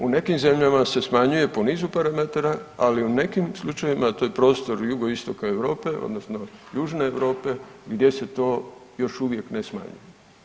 U nekim zemljama se smanjuje po nizu parametara, ali u nekim slučajevima, to je prostor jugoistoka Europe, odnosno južne Europe gdje se to još uvijek ne smanjuje.